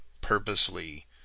purposely